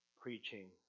preaching